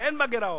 כשאין בה גירעון,